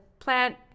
plant